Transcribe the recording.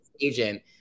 agent